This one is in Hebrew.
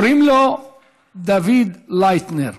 קוראים לו דוד לייטנר.